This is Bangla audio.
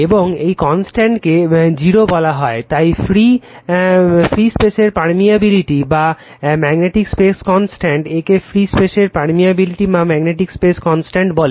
এবং এই কনস্ট্যান্ট কে 0 বলা হয় তাই ফ্রী স্পেসের পার্মিয়াবিলিটি বা ম্যাগনেটিক স্পেস কনস্ট্যান্ট একে ফ্রী স্পেসের পার্মিয়াবিলিটি বা ম্যাগনেটিক স্পেস কনস্ট্যান্ট বলে